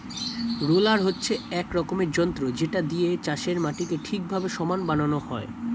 roller হচ্ছে এক রকমের যন্ত্র যেটা দিয়ে চাষের মাটিকে ঠিকভাবে সমান বানানো হয়